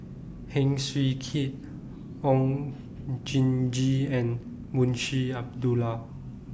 Heng Swee Keat Oon Jin Gee and Munshi Abdullah